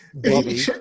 baby